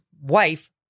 wife